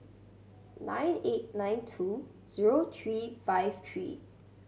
nine eight nine two zero three five three